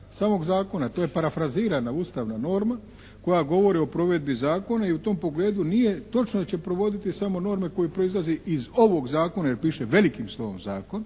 samog zakona. To je parafrazirana ustavna norma koja govori o provedbi zakona i u tom pogledu nije točno da će provoditi samo norme koje proizlaze iz ovog zakona jer piše velikim slovom Zakon